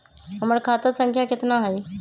हमर खाता संख्या केतना हई?